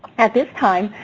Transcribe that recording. at this time,